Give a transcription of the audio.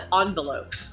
envelope